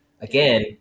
again